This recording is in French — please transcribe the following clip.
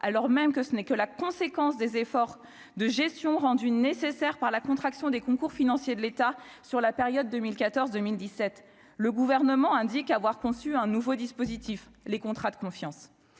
alors même que ce n'est que la conséquence des efforts de gestion rendue nécessaire par la contraction des concours financiers de l'État sur la période 2014, 2017, le gouvernement indique avoir conçu un nouveau dispositif, les contrats de confiance,